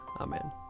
Amen